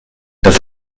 das